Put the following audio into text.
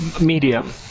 medium